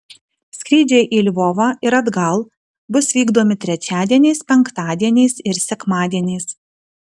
skrydžiai į lvovą ir atgal bus vykdomi trečiadieniais penktadieniais ir sekmadieniais